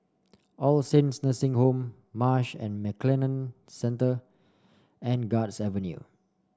All Saints Nursing Home Marsh and McLennan Centre and Guards Avenue